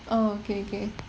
oh okay okay